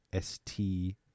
ST